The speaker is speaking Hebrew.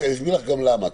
אסביר לך גם למה.